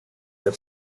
the